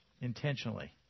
intentionally